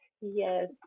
Yes